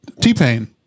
T-Pain